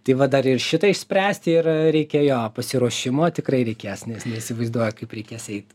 tai va dar ir šitą išspręsti ir reikia jo pasiruošimo tikrai reikės nes neįsivaizduoju kaip reikės eiti